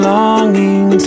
longing